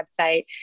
website